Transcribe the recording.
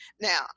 now